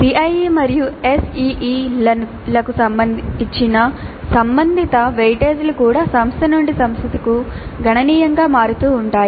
CIE మరియు SEE లకు ఇచ్చిన సంబంధిత వెయిటేజీలు కూడా సంస్థ నుండి సంస్థకు గణనీయంగా మారుతూ ఉంటాయి